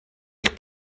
eich